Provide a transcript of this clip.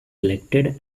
elected